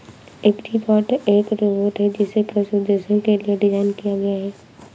agribot एक robot है जिसे कृषि उद्देश्यों के लिए डिज़ाइन किया गया है